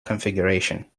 configuration